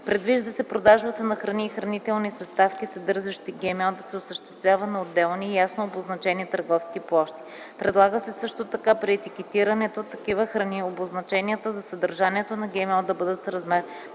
Предвижда се продажбата на храни и хранителни съставки, съдържащи ГМО да се осъществява на отделни и ясно обозначени търговски площи. Предлага се също така при етикетирането такива храни, обозначенията за съдържанието на ГМО да бъдат с размер